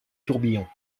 tourbillon